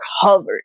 covered